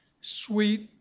sweet